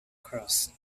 cross